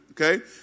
okay